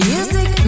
Music